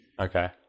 Okay